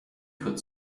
could